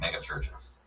megachurches